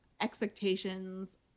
expectations